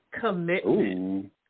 commitment